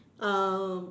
um